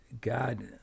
God